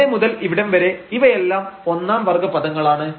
ഇവിടെ മുതൽ ഇവിടം വരെ ഇവയെല്ലാം ഒന്നാം വർഗ്ഗ പദങ്ങളാണ്